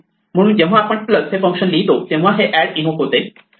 म्हणून जेव्हा आपण प्लस हे फंक्शन लिहितो तेव्हा हे एड इन्व्होक होते